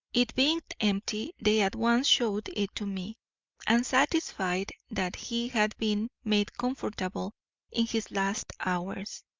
it being empty they at once showed it to me and satisfied that he had been made comfortable in his last hours,